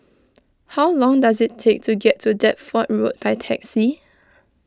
how long does it take to get to Deptford Road by taxi